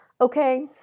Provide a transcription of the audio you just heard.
Okay